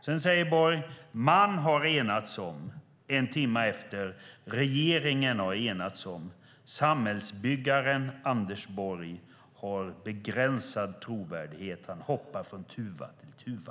Sedan säger Borg: Man har enats om . En timme senare säger han: Regeringen har enats om . Samhällsbyggaren Anders Borg har begränsad trovärdighet. Han hoppar från tuva till tuva.